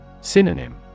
Synonym